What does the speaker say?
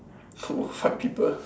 !whoa! fight people